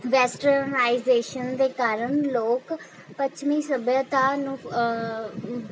westernisation ਦੇ ਕਾਰਨ ਲੋਕ ਪੱਛਮੀ ਸੱਭਿਅਤਾ ਨੂੰ